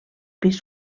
pis